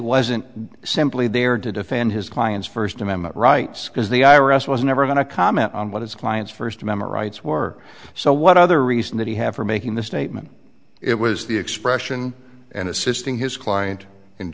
wasn't simply there to defend his client's first amendment rights because the i r s was never going to comment on what his client's first memorize were so what other reason that he had for making the statement it was the expression and assisting his client